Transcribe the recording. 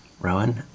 Rowan